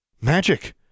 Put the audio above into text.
Magic